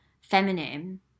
feminine